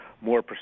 more